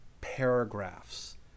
paragraphs